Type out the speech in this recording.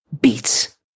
beats